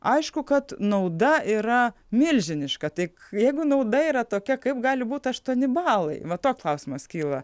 aišku kad nauda yra milžiniška tik jeigu nauda yra tokia kaip gali būti aštuoni balai va klausimas kyla